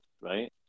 right